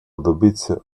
добиться